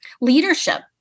Leadership